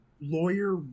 lawyer